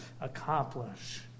accomplish